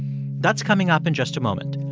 that's coming up in just a moment.